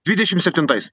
dvidešim septintais